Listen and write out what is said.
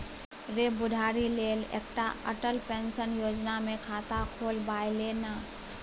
रे बुढ़ारी लेल एकटा अटल पेंशन योजना मे खाता खोलबाए ले ना